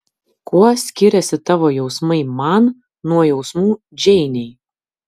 kuo skiriasi tavo jausmai man nuo jausmų džeinei